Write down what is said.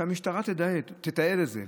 שהמשטרה תתעד את זה,